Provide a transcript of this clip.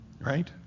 right